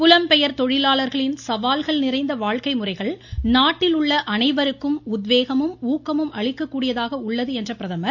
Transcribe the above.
புலம்பெயர் தொழிலாளர்களின் சவால்கள் நிறைந்த வாழ்க்கை முறைகள் நாட்டிலுள்ள அனைவருக்கும் உத்வேகம் அளிக்கக் கூடியதாக உள்ளது என்றார்